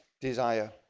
desire